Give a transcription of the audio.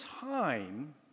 time